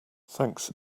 thanks